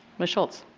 ms. schultz.